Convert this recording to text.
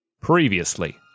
Previously